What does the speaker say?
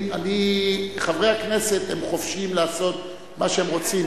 חברי הכנסת חופשיים לעשות מה שהם רוצים,